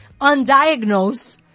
undiagnosed